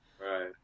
Right